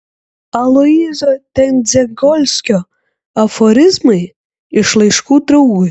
aloyzo tendzegolskio aforizmai iš laiškų draugui